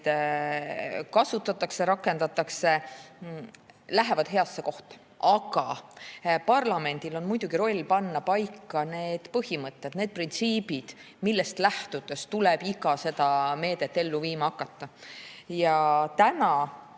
kasutatakse, rakendatakse, lähevad heasse kohta. Aga parlamendil on muidugi roll panna paika need põhimõtted, need printsiibid, millest lähtudes tuleb iga meedet ellu viima hakata. Täna